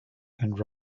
and